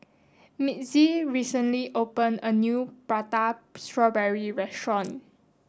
Mitzi recently opened a new prata strawberry restaurant